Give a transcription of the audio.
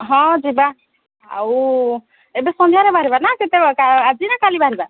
ହଁ ଯିବା ଆଉ ଏବେ ସନ୍ଧ୍ୟାରେ ବାହାରିବା ନା ଆଜି ନା କାଲି ବାହାରିବା